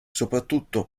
soprattutto